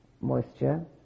moisture